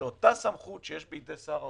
שאותה סמכות שיש בידי שר האוצר,